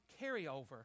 carryover